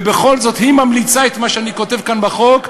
ובכל זאת היא ממליצה את מה שאני כותב כאן בחוק,